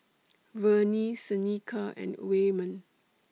Vernie Seneca and Waymon